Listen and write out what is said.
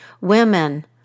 women